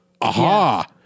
aha